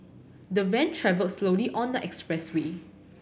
the van travelled slowly on the expressway